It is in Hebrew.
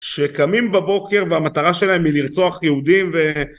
שקמים בבוקר והמטרה שלהם היא לרצוח יהודים